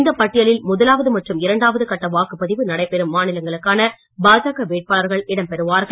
இந்த பட்டியலில் முதலாவது மற்றும் இரண்டாவது கட்ட வாக்குப்பதிவு நடைபெறும் மாநிலங்களுக்கான பாஜக வேட்பாளர்கள் இடம் பெறுவார்கள்